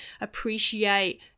appreciate